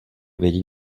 vědět